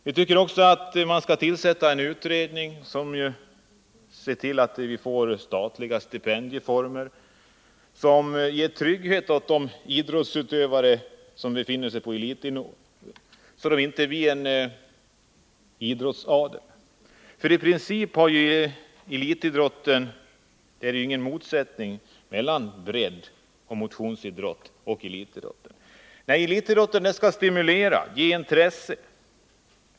Vi tycker också att det bör tillsättas en utredning som ser till att vi får statliga stipendieformer vilka ger trygghet åt idrottsutövare på elitnivå, under former som innebär att det inte skapas en idrottsadel. Det är nämligen i princip ingen motsättning mellan breddoch motionsidrott. Elitidrotten skall stimulera och ge intresse.